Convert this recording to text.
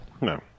No